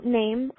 name